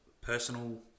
personal